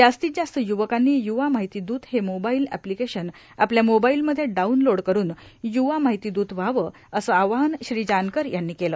जास्तीत जास्त युवकांनी युवा मार्ाहती दूत हे मोबाईल अप्लांकेशन आपल्या मोबाईलमध्ये डाऊनलोड करुन युवा मार्गाहती दूत व्हावं असं आवाहन श्री जानकर यांनी केलं